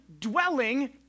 dwelling